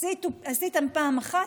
עשיתם פעם אחת,